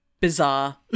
bizarre